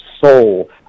soul